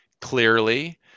clearly